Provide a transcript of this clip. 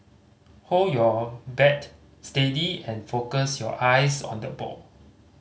hold your bat steady and focus your eyes on the ball